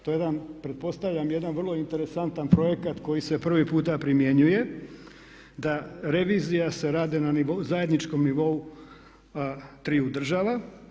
To je jedan, pretpostavljam jedan vrlo interesantan projekat koji se prvi puta primjenjuje, da revizija se radi na zajedničkom nivou triju država.